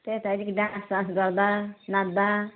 त्यही त अलिकति डान्ससान्स गर्दा नाच्दा